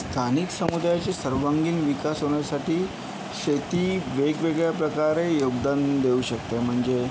स्थानिक समुदायाचे सर्वांगीण विकास होण्यासाठी शेती वेगवेगळ्या प्रकारे योगदान देऊ शकते म्हणजे